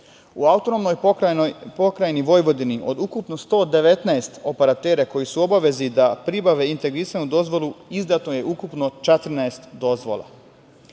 U Autonomnoj pokrajini Vojvodini od ukupno 119 operatera koji su obavezi da pribave integrisanu dozvolu izdato je ukupno 14 dozvola. Sektor